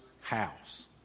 house